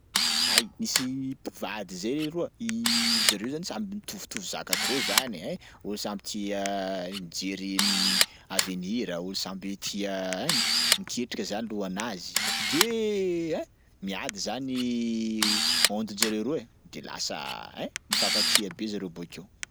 Ay, nisy mpivady zay leroa, zareo zany samby mitovitovy zaka atao zany e ay! Olo samby tia mijery avenira, olo samby tia ein, miketrika zany lohanazy. De ein, miady zany onden-jareo roa e de lasa ein mifakatia be zareo bôkeo.